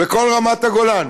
בכל רמת-הגולן,